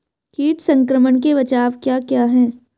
कीट संक्रमण के बचाव क्या क्या हैं?